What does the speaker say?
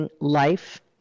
life